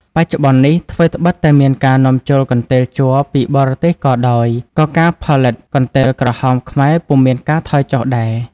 បច្ចុប្បន្ននេះ ថ្វីត្បិតតែមានការនាំចូលកន្ទេលជ័រពីបរទេសក៏ដោយ ក៏ការផលិត កន្ទេលក្រហមខ្មែរពុំមានការថយចុះដែរ។